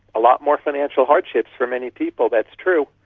a lot more financial hardships for many people, that's true,